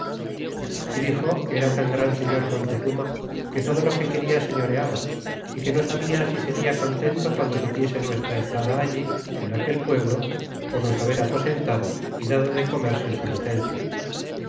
y dixo que era tan gran señor montezurna que todo lo que quena señoreaba y que no sabia si seria contento guando supiese nuestra estada allí en aquel pueblo por nos haber aposentado y dado de comer sin su licencia